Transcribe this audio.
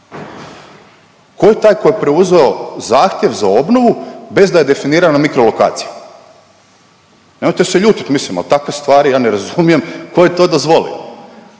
Ko je taj koji je preuzeo zahtjev za obnovu bez da je definirana mikrolokacija? Nemojte se ljutit, mislim al takve stvari ja ne razumijem ko je to dozvolio,